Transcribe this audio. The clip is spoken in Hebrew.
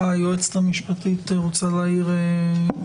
היועצת המשפטית רוצה להעיר?